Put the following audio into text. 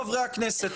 חברי הכנסת,